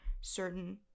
certain